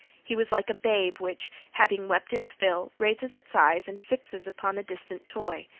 he was like a babe which, having wept its fill, raises its eyes and fixes upon a distant toy.